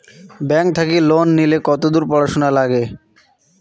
Bank থাকি loan নিলে কতদূর পড়াশুনা নাগে?